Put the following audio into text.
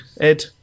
Ed